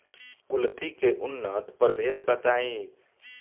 कुलथी के उन्नत प्रभेद बताई?